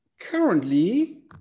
Currently